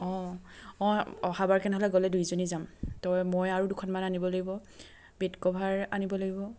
অঁ অঁ অহাবাৰ তেনেহ'লে গ'লে দুয়োজনী যাম তই মই আৰু দুখনমান আনিব লাগিব বেডকভাৰ আনিব লাগিব